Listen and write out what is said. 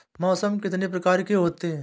मौसम कितनी प्रकार के होते हैं?